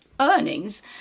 earnings